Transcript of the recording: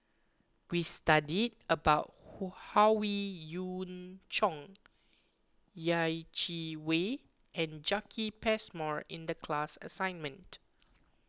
we studied about Howe Yoon Chong Yeh Chi Wei and Jacki Passmore in the class assignment